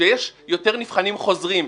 כשיש יותר נבחנים חוזרים,